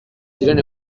ziren